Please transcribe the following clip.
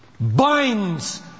binds